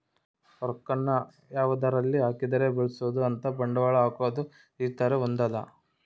ರೊಕ್ಕ ನ ಯಾವದರಲ್ಲಿ ಹಾಕಿದರೆ ಬೆಳ್ಸ್ಬೊದು ಅಂತ ಬಂಡವಾಳ ಹಾಕೋದು ಈ ತರ ಹೊಂದ್ಯದ